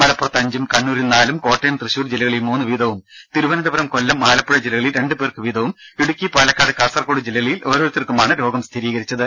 മലപ്പുറത്ത് അഞ്ചും കണ്ണൂരിൽ നാലും കോട്ടയം തൃശൂർ ജില്ലകളിൽ മൂന്നു വീതവും തിരുവനന്തപുരം കൊല്ലം ആലപ്പുഴ ജില്ലകളിൽ രണ്ടു പേർക്ക് വീതവും ഇടുക്കി പാലക്കാട് കാസർകോട് ജില്ലകളിൽ ഓരോരുത്തർക്കുമാണ് രോഗം സ്ഥിരീകരിച്ചത്